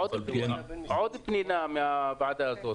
עוד פנינה מהוועדה הזאת.